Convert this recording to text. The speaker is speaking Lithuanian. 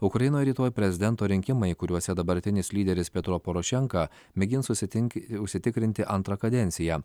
ukrainoj rytoj prezidento rinkimai kuriuose dabartinis lyderis petro porošenka mėgins susitinki užsitikrinti antrą kadenciją